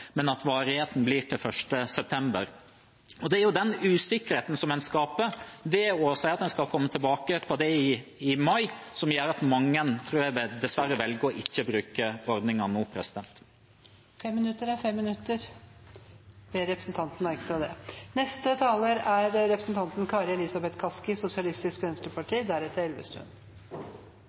men at varigheten blir til 1. september. Det er den usikkerheten som en skaper ved å si at en skal komme tilbake til det i mai, som gjør at mange dessverre velger ikke å bruke ordningen nå. 5 minutter er 5 minutter. Jeg ber representanten merke seg det. Det er